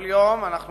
כל יום אנחנו